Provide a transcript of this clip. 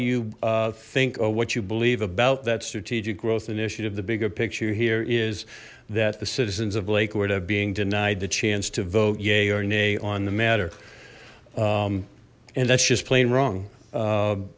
you think or what you believe about that strategic growth initiative the bigger picture here is that the citizens of lakewood of being denied the chance to vote yay or nay on the matter and that's just plain wrong